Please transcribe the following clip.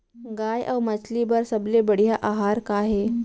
गाय अऊ मछली बर सबले बढ़िया आहार का हे?